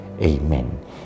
Amen